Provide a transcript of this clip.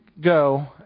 go